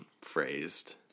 phrased